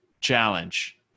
Challenge